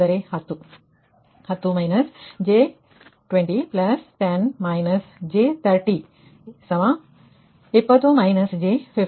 ಅಂದರೆ 10 − j 20 10 − j 30 20 −j 50